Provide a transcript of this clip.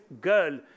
girl